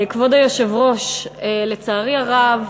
כבוד היושב-ראש, לצערי הרב,